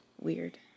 weird